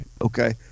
okay